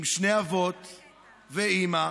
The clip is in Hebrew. עם שני אבות ואימא,